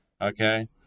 Okay